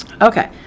Okay